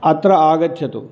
अत्र आगच्छतु